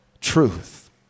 truth